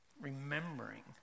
remembering